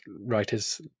writer's